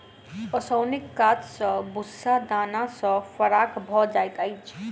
ओसौनीक काज सॅ भूस्सा दाना सॅ फराक भ जाइत अछि